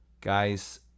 Guys